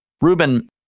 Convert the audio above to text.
Ruben